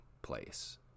place